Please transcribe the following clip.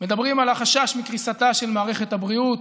מדברים על החשש מקריסתה של מערכת הבריאות,